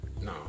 No